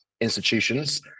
institutions